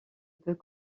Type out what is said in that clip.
peut